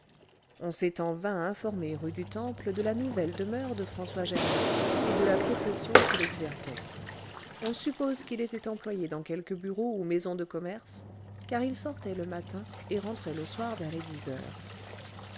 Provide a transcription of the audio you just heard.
on s'est en vain informé rue du temple de la nouvelle demeure de françois germain et de la profession qu'il exerçait on suppose qu'il était employé dans quelque bureau ou maison de commerce car il sortait le matin et rentrait le soir vers les dix heures